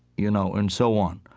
you know and so on.